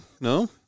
No